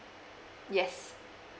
yes